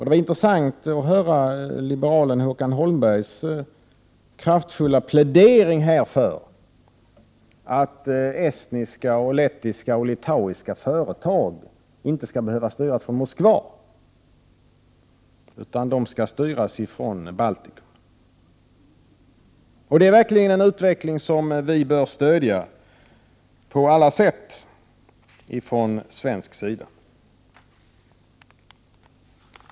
Det var intressant att höra liberalen Håkan Holmberg kraftfullt plädera för att estniska, lettiska och litauiska företag inte skall behöva styras från Moskva, utan att de skall styras från Baltikum. Det är verkligen en utveckling som vi från svensk sida på alla sätt bör stödja.